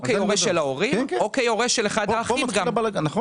על זה אני מדבר.